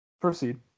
Proceed